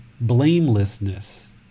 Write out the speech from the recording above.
blamelessness